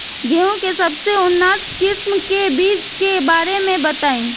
गेहूँ के सबसे उन्नत किस्म के बिज के बारे में बताई?